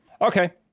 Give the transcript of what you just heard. Okay